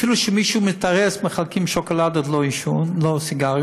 אפילו כשמישהו מתארס מחלקים שוקולד, לא סיגריות.